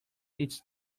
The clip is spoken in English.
its